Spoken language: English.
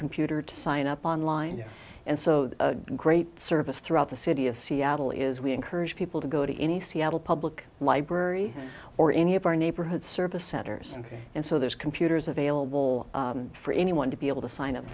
computer to sign up online and so the great service throughout the city of seattle is we encourage people to go to any seattle public library or any of our neighborhood service centers and so there's computers available for anyone to be able to sign up